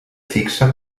fixa